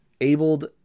abled